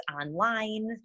online